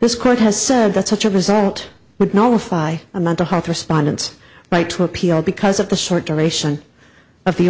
this court has said that such a result would notify a mental health respondents right to appeal because of the short duration of the